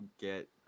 get